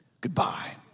goodbye